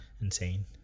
Insane